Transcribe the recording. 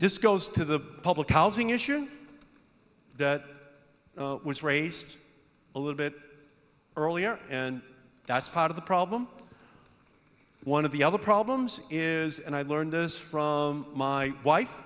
this goes to the public housing issue that was raised a little bit earlier and that's part of the problem one of the other problems is and i learned this from my wife